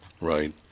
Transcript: right